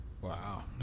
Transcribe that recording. wow